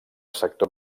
sector